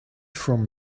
from